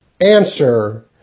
Answer